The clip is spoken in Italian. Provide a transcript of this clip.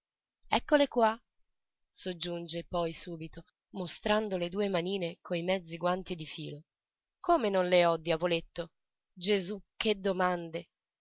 eccole qua soggiunge poi subito mostrando le due manine coi mezzi guanti di filo come non le ho diavoletto gesù che domande